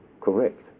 correct